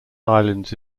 islands